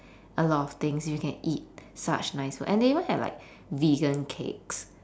a lot of things you can eat such nice food and they even had like vegan cakes